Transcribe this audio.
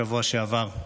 בשבוע שעבר.